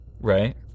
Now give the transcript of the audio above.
right